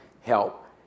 help